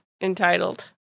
entitled